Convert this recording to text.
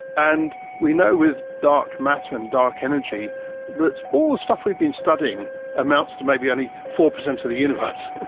and we know with dark matter and dark energy that all the stuff we've been studying amounts to maybe only four percent of the universe,